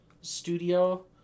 studio